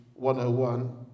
101